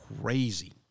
crazy